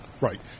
Right